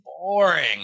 boring